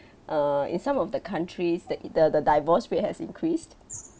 err in some of the countries the the the divorce rate has increased